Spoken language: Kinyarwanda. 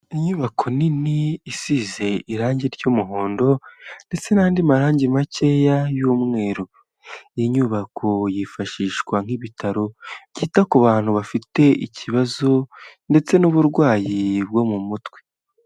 Inyubako nini isize irangi ry'umuhondo ndetse n'andi marangi makeya y'umweru. Iyi nyubako yifashishwa nk'ibitaro byita ku bantu bafite ikibazo ndetse n'uburwayi bwo mu mutwe.